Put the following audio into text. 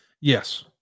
Yes